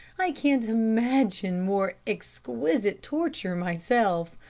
i can't imagine more exquisite torture myself.